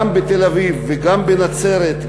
גם בתל-אביב וגם בנצרת,